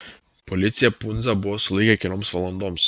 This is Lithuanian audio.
policija pundzą buvo sulaikę kelioms valandoms